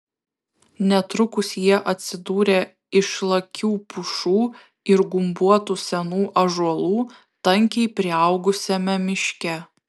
netrukus jie atsidūrė išlakių pušų ir gumbuotų senų ąžuolų tankiai priaugusiame miške